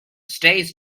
stays